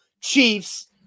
Chiefs